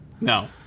No